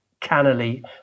cannily